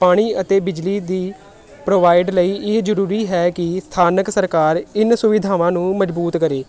ਪਾਣੀ ਅਤੇ ਬਿਜਲੀ ਦੀ ਪ੍ਰੋਵਾਈਡ ਲਈ ਇਹ ਜ਼ਰੂਰੀ ਹੈ ਕਿ ਸਥਾਨਕ ਸਰਕਾਰ ਇਹਨਾਂ ਸੁਵਿਧਾਵਾਂ ਨੂੰ ਮਜ਼ਬੂਤ ਕਰੇ